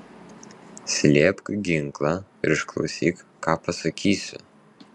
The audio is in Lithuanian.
slėpk ginklą ir išklausyk ką pasakysiu